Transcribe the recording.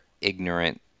ignorant